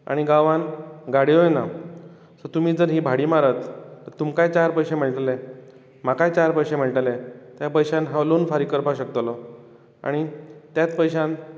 आनी गांवांत गाड्यो ना सो तुमी जर ही भाडीं मारत तर तुमकांय चार पयशें मेळटले म्हाकाय चार पयशें मेळटले त्या पयश्यान हांव लॉन फारीक करपाक शकतलों आनी त्याच पयश्यान